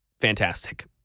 fantastic